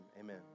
Amen